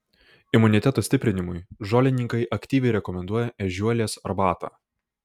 imuniteto stiprinimui žolininkai aktyviai rekomenduoja ežiuolės arbatą